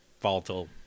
volatile